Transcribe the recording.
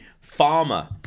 Farmer